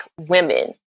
women